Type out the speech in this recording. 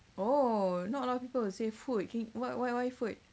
oh not a lot of people will say food why why why food